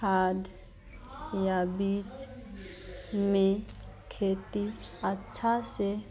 खाद या बीज में खेती अच्छे से